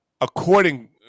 according